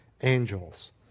angels